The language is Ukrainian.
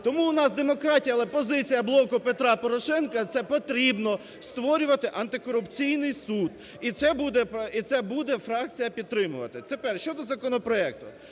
тому у нас демократія. Але позиція "Блоку Петра Порошенка" це потрібно створювати антикорупційний суд і це буде фракція підтримувати. Тепер щодо законопроекту?